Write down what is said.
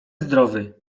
zdrowy